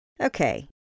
Okay